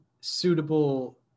suitable